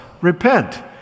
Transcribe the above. repent